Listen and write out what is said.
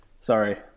Sorry